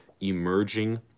emerging